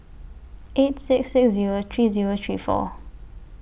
eight six six Zero three Zero three four